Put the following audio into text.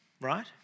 right